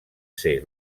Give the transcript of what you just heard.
ser